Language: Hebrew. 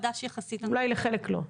אולי לחלק לא.